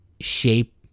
shape